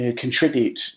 contribute